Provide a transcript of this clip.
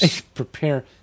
Prepare